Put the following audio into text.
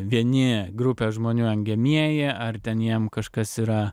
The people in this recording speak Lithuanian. vieni grupė žmonių engiamieji ar ten jiems kažkas yra